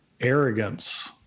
arrogance